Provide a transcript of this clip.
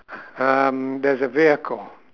um there's a vehicle